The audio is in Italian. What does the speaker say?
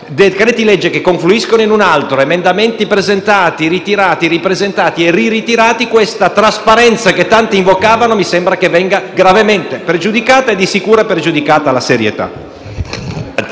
decreti-legge che confluiscono in un altro provvedimento, emendamenti presentati, ritirati, ripresentati e nuovamente ritirati, la trasparenza che tanti invocavano mi sembra che venga gravemente pregiudicata e sicuramente è pregiudicata la serietà.